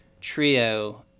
trio